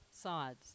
sides